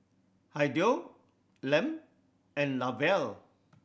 Hideo Lem and Lavelle